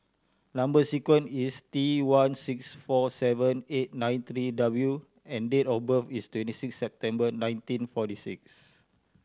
number sequence is T one six four seven eight nine three W and date of birth is twenty six September nineteen forty six